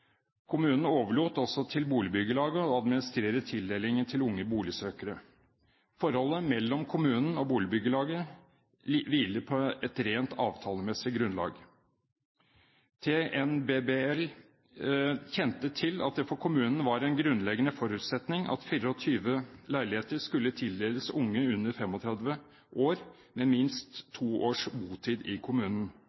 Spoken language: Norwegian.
Kommunen overlot også til boligbyggelaget å administrere tildelingen til unge boligsøkere. Forholdet mellom kommunen og boligbyggelaget hviler på et rent avtalemessig grunnlag. TNBBL kjente til at det for kommunen var en grunnleggende forutsetning at 24 leiligheter skulle tildeles unge under 35 år med minst